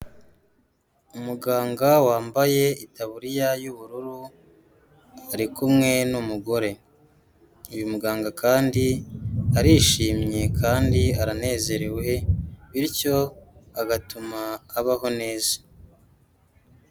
Umuganga wambaye itaburiya y'ubururu ari kumwe n'umugore, uyu muganga kandi arishimye kandi aranezerewe bityo agatuma abaho neza.